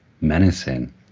menacing